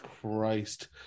Christ